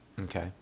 okay